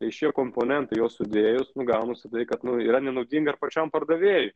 tai šie komponentai juos sudėjus nu gaunasi kad nu yra nenaudinga ir pačiam pardavėjui